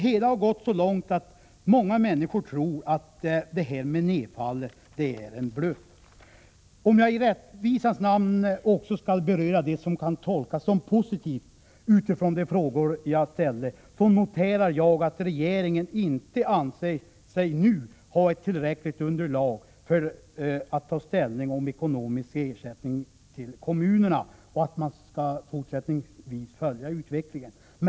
Det har gått så långt att många människor tror att detta med nedfallet är en bluff. Om jag i rättvisans namn också skall beröra det som kan tolkas som positivt, utifrån de frågor jag har ställt, noterar jag att regeringen inte anser sig nu ha ett tillräckligt underlag för att kunna ta ställning i fråga om ekonomisk ersättning till kommunerna och att regeringen fortsättningsvis skall följa utvecklingen.